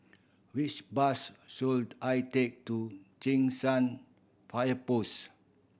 which bus should I take to Cheng San Fire Post